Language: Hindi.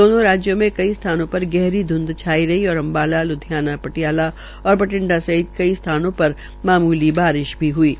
दोनों राज्यों मे कई स्थानों श्र गहरी ध्ंध छाई रही और अम्बाला ल्धियाना टियाला और बडिंठा सहित कई स्थानों र मामूली बारिश भी हुई है